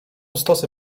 stosy